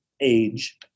age